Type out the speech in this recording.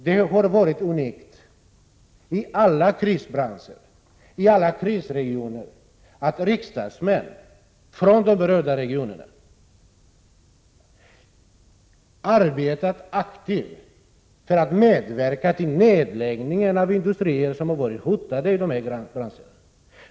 Det har varit en unik företeelse i alla krisbranscher och alla krisregioner, att riksdagsmän från de berörda regionerna aktivt har medverkat till nedläggningar av industrier som har varit hotade i dessa landsändar.